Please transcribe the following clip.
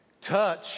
Touch